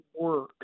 work